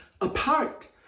apart